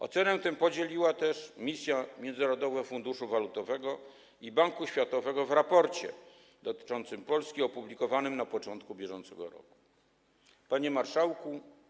Ocenę tę podzieliła też misja Międzynarodowego Funduszu Walutowego i Banku Światowego w raporcie dotyczącym Polski, opublikowanym na początku br. Panie Marszałku!